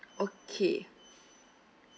okay